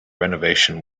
renovation